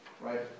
right